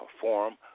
forum